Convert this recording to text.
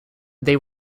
they